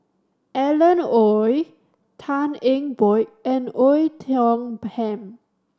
Alan Oei Tan Eng Bock and Oei Tiong Ham